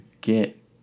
get